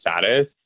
status